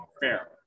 Fair